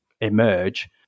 emerge